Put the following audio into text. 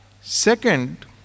Second